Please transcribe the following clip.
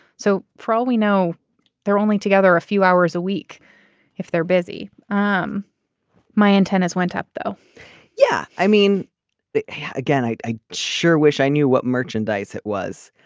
so for all we know they're only together a few hours a week if they're busy. um my antennas went up though yeah. i mean again i i sure wish i knew what merchandise it was.